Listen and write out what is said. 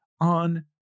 on